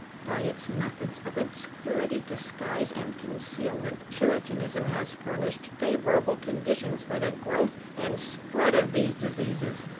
by its methods of obscurity, disguise, and concealment, puritanism has furnished favorable conditions for the growth and spread of these diseases.